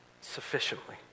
sufficiently